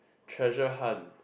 treasure hunt